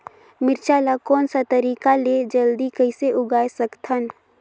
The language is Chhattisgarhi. मिरचा ला कोन सा तरीका ले जल्दी कइसे उगाय सकथन?